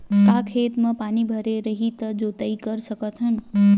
का खेत म पानी भरे रही त जोताई कर सकत हन?